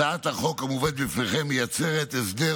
הצעת החוק המובאת בפניכם מייצרת הסדר